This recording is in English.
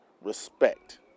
respect